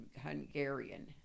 Hungarian